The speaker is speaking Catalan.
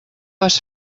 has